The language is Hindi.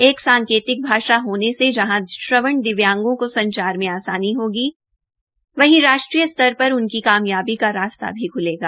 एक सांकेतिक भाषा होने से श्रवण दिव्यांगों को संचार में आसानी होगी वहीं राष्ट्रीय स्तर पर उनक कामयाबी का रास्ता भी ख्लेगा